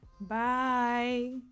bye